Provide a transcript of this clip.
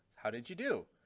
how did you do?